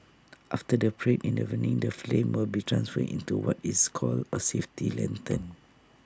after the parade in the evening the flame will be transferred into what is called A safety lantern